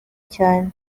cyane